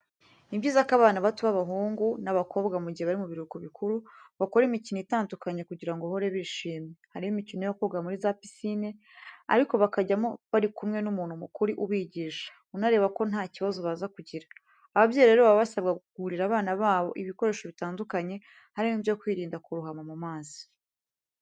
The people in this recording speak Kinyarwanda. Nibyiza ko abana bato b'abahungu n'abakobwa mu gihe bari mu biruhuko bikuru bakora imikino itandukanye kugira ngo bahore bishimye, harimo imikino yo koga muri za pisine, ariko bakajyamo bari kumwe n'umuntu mukuru ubigisha, unareba ko nta kibazo baza kugira. Ababyeyi rero baba basabwa kugurira abana babo ibikoresho bitandukanye, harimo ibyo kwirinda kurohama mu mazi.